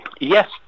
Yes